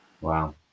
Wow